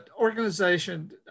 organization